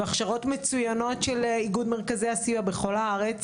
והכשרות מצוינות של איגוד מרכזי הסיוע בכל הארץ,